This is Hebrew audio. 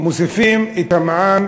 מוסיפים למע"מ